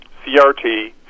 CRT